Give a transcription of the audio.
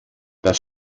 das